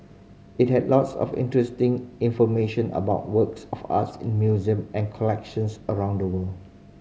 it had lots of interesting information about works of art in museum and collections around the world